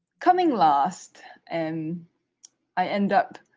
coming last and i end up